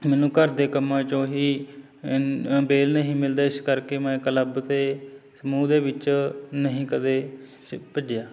ਮੈਨੂੰ ਘਰ ਦੇ ਕੰਮਾਂ 'ਚੋਂ ਹੀ ਵੇਹਲ ਨਹੀਂ ਮਿਲਦੇ ਇਸ ਕਰਕੇ ਮੈਂ ਕਲੱਬ ਅਤੇ ਸਮੂਹ ਦੇ ਵਿੱਚ ਨਹੀਂ ਕਦੇ ਭੱਜਿਆ